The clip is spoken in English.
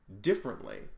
differently